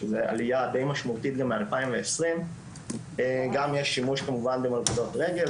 שזו עלייה די משמעותית גם מ- 2020. גם יש שימוש כמובן במלכודות רגל,